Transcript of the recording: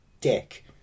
dick